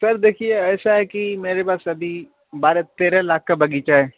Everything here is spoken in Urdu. سر دیکھیے ایسا ہے کہ میرے پاس ابھی بارہ تیرہ لاکھ کا بغیچہ ہے